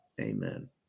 Amen